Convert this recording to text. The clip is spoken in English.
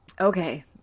Okay